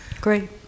great